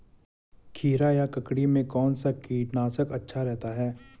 खीरा या ककड़ी में कौन सा कीटनाशक अच्छा रहता है?